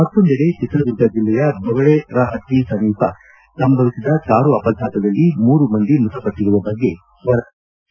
ಮತ್ತೊಂದೆಡೆ ಚಿತ್ರದುರ್ಗ ಜಿಲ್ಲೆಯ ಬೊಗಳೆರಹಟ್ಟಿ ಸಮೀಪ ಸಂಭವಿಸಿದ ಕಾರು ಅಪಘಾತದಲ್ಲಿ ಮೂವರು ಮೃತಪಟ್ಟಿರುವ ಬಗ್ಗೆ ವರದಿಯಾಗಿದೆ